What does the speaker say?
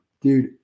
Dude